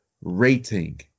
rating